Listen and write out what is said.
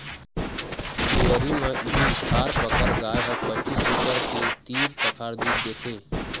dairy म इहीं थारपकर गाय ह पचीस लीटर के तीर तखार दूद देथे